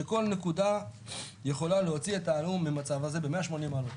שכל נקודה יכולה להוציא את ההלום ממצב הזה ב-180 מעלות.